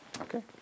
Okay